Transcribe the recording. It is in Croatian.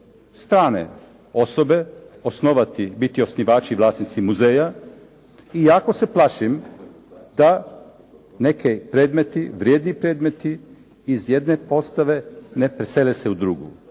strane osobe, osnovati, biti osnivači, vlasnici muzeja i jako se plašim da neki predmeti, vrijedni predmeti iz jedne postave ne presele se u drugu.